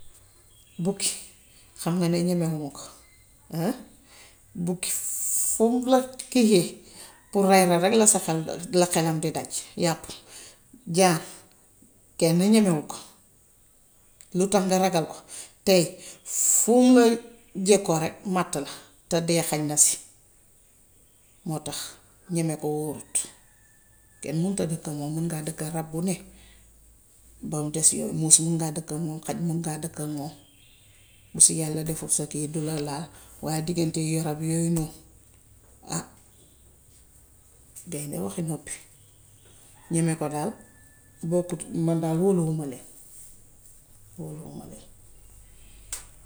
Bukki, xam na ni ñemew ma ko, bukki fum la ki yee pour ray la rekk la sa xel xelam di daj yaak jaan kenn ñemewu ko. Lu tax nga ragal ko fum la jekkoo rekk màtt la, te dee xaj na si moo tax ñeme ko wóorut. Kenn mënta dëkk ak moom. Mun ngaa dëkk ak rab bu ne bam des yooy. Muus mën ngaa dëkk ak moom, xaj mën ngaa dëkk ak moom. Bu si yàlla deful sa kii du la laal. Waaye diggante rab yooyu moom, gaynde waxi nopp. Di ne ko daal bokkut, man daal hóolul ma leen, hóoluw ma leen.